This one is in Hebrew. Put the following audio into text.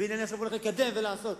והנה עכשיו אני הולך לקדם ולעשות,